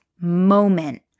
moment